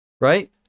Right